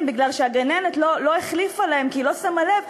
בגלל שהגננת לא החליפה להם כי היא לא שמה לב,